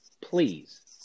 please